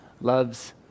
loves